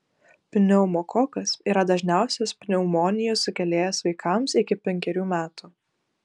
pneumokokas yra dažniausias pneumonijos sukėlėjas vaikams iki penkerių metų